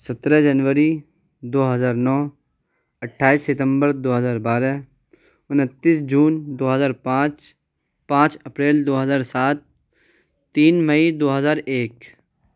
سترہ جنوری دو ہزار نو اٹھائیس ستمبر دو ہزار بارہ انتیس جون دو ہزار پانچ پانچ اپریل دو ہزار سات تین مئی دو ہزار ایک